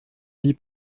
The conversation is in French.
vie